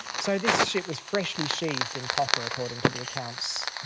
so this ship was freshly sheathed in copper, according to the accounts,